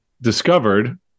discovered